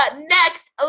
next